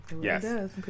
Yes